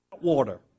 water